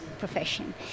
profession